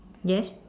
yes